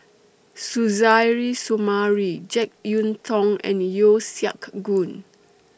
Suzairhe Sumari Jek Yeun Thong and Yeo Siak Goon